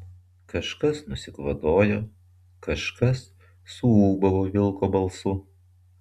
kažkas nusikvatojo kažkas suūbavo vilko balsu